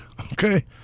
Okay